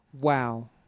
Wow